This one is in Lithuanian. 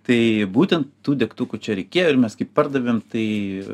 tai būtent tų degtukų čia reikėjo ir mes pardavėm tai